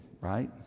right